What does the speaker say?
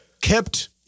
kept